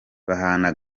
bahana